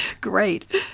Great